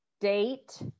date